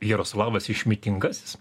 jaroslavas išmintingasis